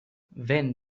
vent